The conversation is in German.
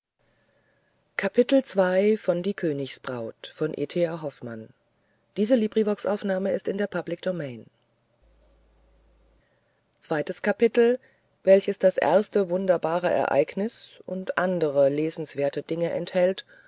welches das erste wunderbare ereignis und andere lesenswerte dinge enthält